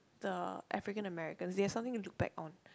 the African Americans they have something to look back on